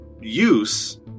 use